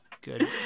good